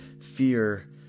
fear